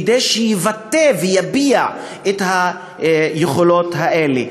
כדי שהוא יבטא ויביע את היכולות האלה.